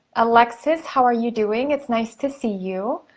alexis, how are you doing? it's nice to see you.